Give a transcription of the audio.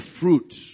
fruit